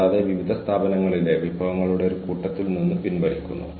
കൂടാതെ അത് ഒരു ഓർഗനൈസേഷൻ എന്ന നിലയിൽ ഞങ്ങളുടെ മനോവീര്യം വർധിപ്പിക്കുന്നു